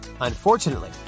Unfortunately